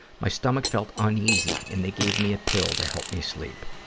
my stomach felt uneasy, and they gave me a pill to help me sleep.